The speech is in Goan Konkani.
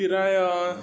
पिराय